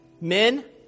men